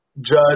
judge